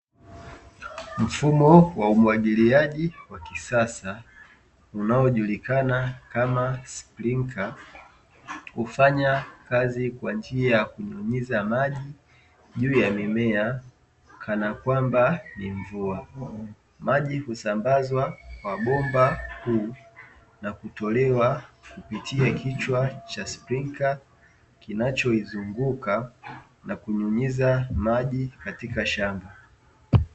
Mfumo wa umwagiliaji wa kisasa, unaojulikana kama “sprinkla”, hufanya kazi kwa njia ya kunyunyiza maji juu ya mimea, kana kwamba ni mvua. Maji husambazwa kwa bomba kuu na kutolewa kupitia kichwa cha “sprinkla", kinachozunguka na kunyunyiza maji katika shamba.